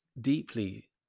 deeply